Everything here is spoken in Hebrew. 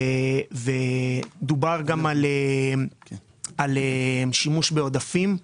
דובר גם על שימוש בעודפים.